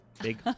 Big